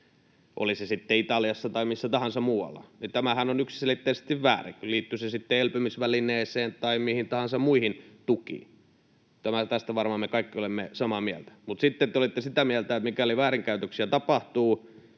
Oli se sitten Italiassa tai missä tahansa muualla, niin tämähän on yksiselitteisesti väärin, liittyy se sitten elpymisvälineeseen tai mihin tahansa muihin tukiin. Tästä me kaikki varmaan olemme samaa mieltä. Mutta sitten te olitte sitä mieltä, että mikäli väärinkäytöksiä tapahtuu,